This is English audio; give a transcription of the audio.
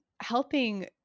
helping